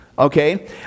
Okay